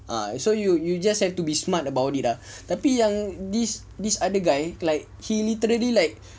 ah so you you just have to be smart about it ah tapi yang this this other guy like he literally like